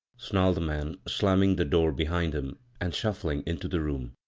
snarled the man, slamming the door behind him, and shufbing into the room.